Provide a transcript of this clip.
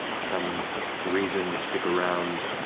some reason to stick around.